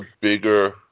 bigger